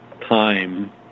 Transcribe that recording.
time